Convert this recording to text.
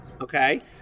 okay